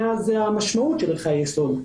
הנקודה השנייה היא המשמעות של ערכי היסוד.